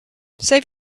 save